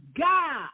God